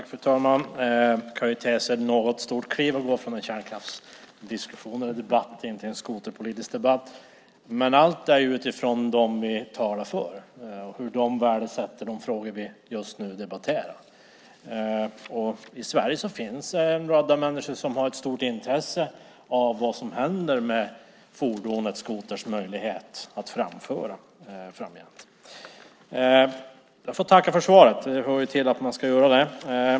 Fru talman! Det kan te sig som ett något stort kliv att gå från en kärnkraftsdebatt till en skoterpolitisk debatt. Men allt ska ses utifrån dem vi talar för, och de värdesätter de frågor vi just nu debatterar. I Sverige finns många människor som har ett stort intresse för fordonet skoter och dess möjlighet att framföras framgent. Jag får tacka för svaret. Det hör till att man ska göra det.